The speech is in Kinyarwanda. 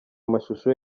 amashusho